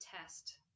test